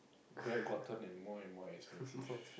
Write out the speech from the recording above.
Grab gotten and more and more expensive